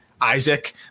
Isaac